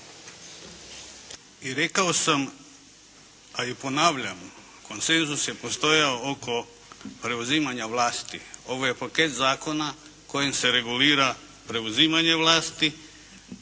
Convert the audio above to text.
Rekao sam, a i ponavljam konsensus je postojao oko preuzimanja vlasti. Ovo je paket zakona kojim se regulira preuzimanje vlasti